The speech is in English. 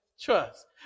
Trust